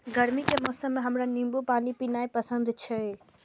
गर्मी के मौसम मे हमरा नींबू पानी पीनाइ पसंद छै